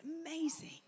amazing